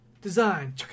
Design